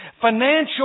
Financial